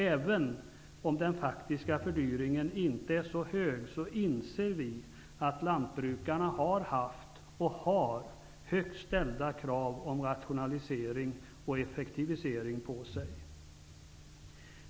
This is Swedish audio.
Även om den faktiska fördyringen inte är så hög inser vi att lantbrukarna har haft, och har, högt ställda krav om rationalisering och effektivisering på sig.